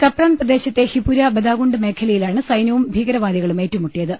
കപ്രാൻപ്രദേശത്തെ ഹിപുര ബദാഗുണ്ട് മേഖലയിലാണ് സൈന്യവും ഭീകരവാദികളും ഏറ്റുമുട്ടിയത്